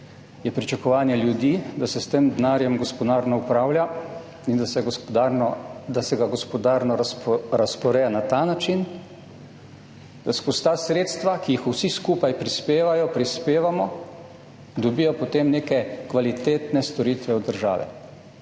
pričakovanje ljudi, da se s tem denarjem gospodarno upravlja in da se ga gospodarno razporeja na ta način, da se skozi ta sredstva, ki jih vsi skupaj prispevajo, prispevamo, dobijo potem neke kvalitetne storitve od države.